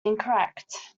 incorrect